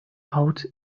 out